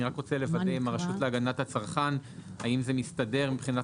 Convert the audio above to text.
אני רק רוצה לוודא עם הרשות להגנת הצרכן אם זה מסתדר מבחינת